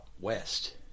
west